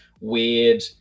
weird